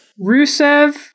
Rusev